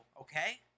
okay